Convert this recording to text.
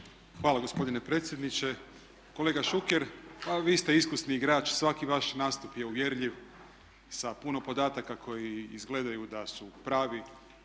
Hvala gospodine predsjedniče. Kolega Šuker, pa vi ste iskusni igrač, svaki vaš nastup je uvjerljiv sa puno podataka koji izgledaju da su pravi